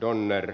donner